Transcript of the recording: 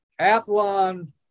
Athlon